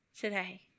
today